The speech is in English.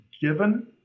given